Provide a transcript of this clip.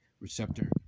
receptor